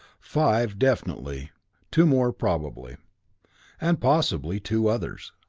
five, definitely two more, probably and possibly two others.